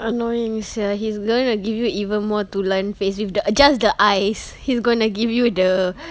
annoying sia he's going to give you even more dulan face with the just the eyes he's gonna give you the